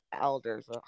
elders